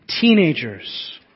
teenagers